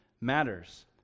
matters